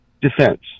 defense